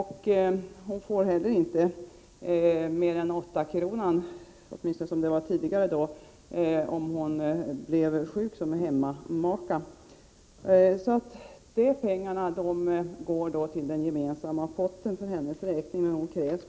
Hon får heller inte mer än 8 kr. om dagen som hemmamaka — åtminstone inte enligt tidigare regler. De pengar som hon betalar in går således till den gemensamma potten.